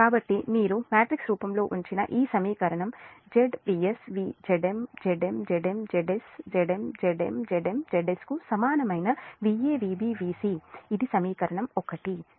కాబట్టి మీరు మ్యాట్రిక్స్ రూపంలో ఉంచిన ఈ సమీకరణం Z Vs Zm zm zm Zs Zm Zm Zm Zs కు సమానమైన Va Vb Vc ఇది సమీకరణం 1